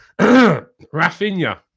Rafinha